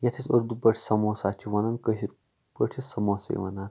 یَتھ أسۍ اردو پٲٹھۍ سموسا چھِ ونان کٲشر پٲٹھۍ چھِس سموسے ونان